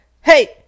Hey